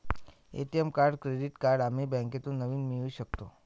ATM card credit card आम्ही बँकेतून नवीन मिळवू शकतो